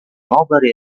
nobody